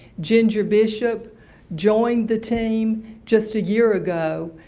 ginger bishop joined the team just a year ago.